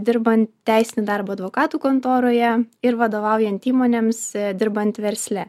dirbant teisinį darbą advokatų kontoroje ir vadovaujant įmonėms dirbant versle